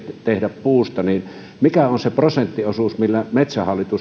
tehdä puusta mikä on se prosenttiosuus millä metsähallitus